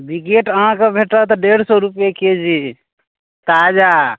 बिघट अहाँके भेटत डेढ़ सए रुपैये के जी ताजा